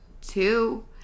two